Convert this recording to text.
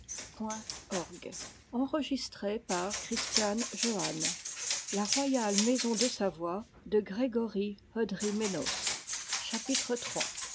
la maison de savoie en